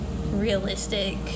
realistic